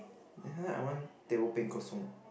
then sometimes I want teh O peng kosong